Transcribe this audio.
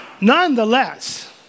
nonetheless